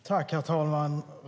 Herr talman!